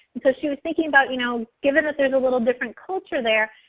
so she was thinking about, you know given that there's a little different culture there,